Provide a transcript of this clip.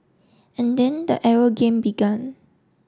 and then the arrow game began